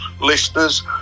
listeners